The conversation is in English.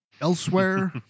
elsewhere